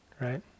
Right